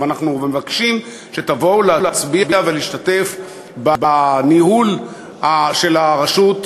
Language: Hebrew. אבל אנחנו מבקשים שתבואו להצביע ולהשתתף בניהול של הרשות,